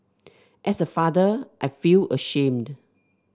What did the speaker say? as a father I feel ashamed